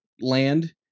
land